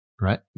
right